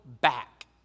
back